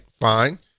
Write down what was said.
fine